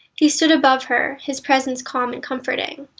he stood above her, his presence calm and comforting.